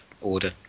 order